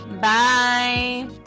bye